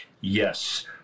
Yes